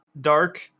dark